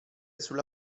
sulla